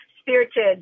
spirited